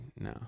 no